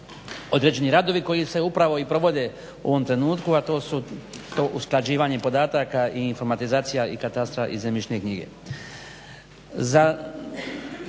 određeni radovi koji se upravo i provode u ovom trenutku a to su usklađivanje podataka i informatizacija i katastra i zemljišne knjige.